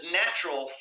natural